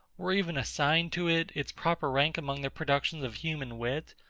or even assign to it its proper rank among the productions of human wit,